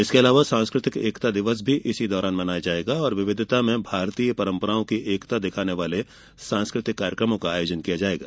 इसके अलावा सांस्कृतिक एकता दिवस इस दौरान मनाया जाएगा और विविधता में भारतीय परंपराओं की एकता दिखाने वाले सांस्कृतिक कार्यक्रमों का आयोजन किया जाएगा